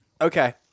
Okay